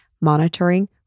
monitoring